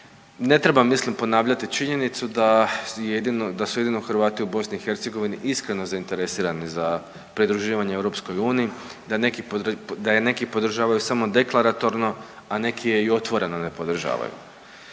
Ne trebam mislim ponavljati činjenicu da su jedino Hrvati u BiH iskreno zainteresirani za pridruživanje EU, da je neki podržavaju samo deklaratorno, a neki je i otvoreno ne podržavaju.